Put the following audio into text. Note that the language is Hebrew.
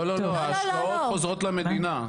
לא, לא, ההשקעות חוזרות למדינה.